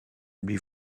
lui